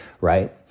right